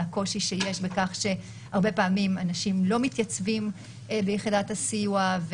על הקושי שיש בכך שהרבה פעמים אנשים לא מתייצבים ביחידת הסיוע,